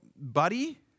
buddy